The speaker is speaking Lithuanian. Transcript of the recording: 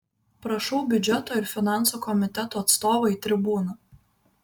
prašau biudžeto ir finansų komiteto atstovą į tribūną